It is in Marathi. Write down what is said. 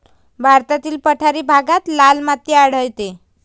भारतातील पठारी भागात लाल माती आढळते